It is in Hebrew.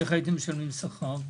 איך הייתם משלמים שכר?